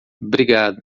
obrigado